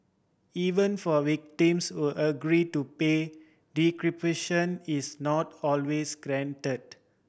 even for victims who agree to pay decryption is not always guaranteed